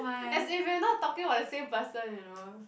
as if we're not talking about the same person you know